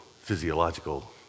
physiological